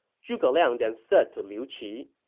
zhuge liang then said to liu qi,